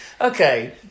Okay